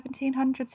1700s